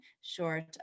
short